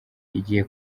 igiye